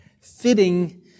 fitting